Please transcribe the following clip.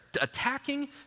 attacking